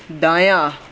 دایاں